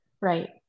right